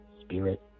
spirit